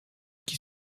qui